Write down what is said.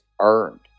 earned